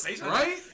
Right